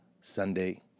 Sunday